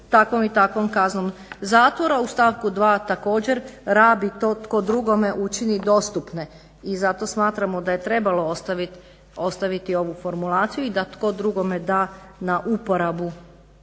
takvom i takvom kaznom zatvora u stavku 2. također rabi to tko drugome učini dostupne i zato smatramo da je trebalo ostaviti ovu formulaciju i tko drugome da na uporabu